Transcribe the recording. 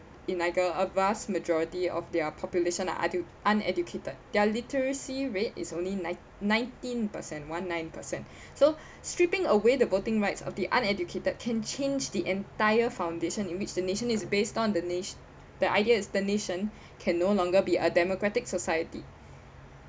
in niger a vast majority of their population are edu~ uneducated their literacy rate is only nine~ nineteen percent one nine percent so stripping away the voting rights of the uneducated can change the entire foundation in which the nation is based on the nation the idea is the nation can no longer be a democratic society